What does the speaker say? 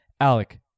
Alec